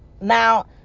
Now